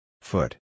Foot